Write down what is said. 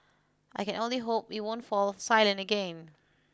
I can only hope we won't fall silent again